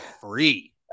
free